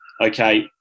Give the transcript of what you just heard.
okay